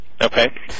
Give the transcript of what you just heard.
Okay